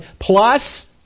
plus